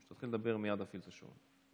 כשתתחיל לדבר, מייד אפעיל את השעון.